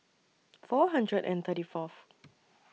four hundred and thirty Fourth